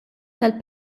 tal